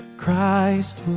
christ